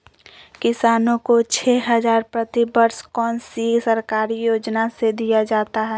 किसानों को छे हज़ार प्रति वर्ष कौन सी सरकारी योजना से दिया जाता है?